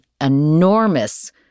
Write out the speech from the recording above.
enormous